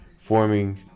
forming